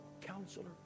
Counselor